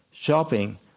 shopping